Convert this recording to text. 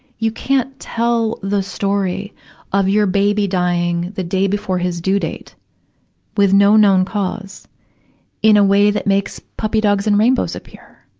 you can't tell the story of your baby dying the day before his due date with no known cause in a way that makes puppy dogs and rainbows appear,